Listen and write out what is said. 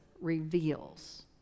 reveals